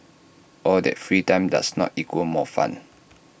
all that free time does not equal more fun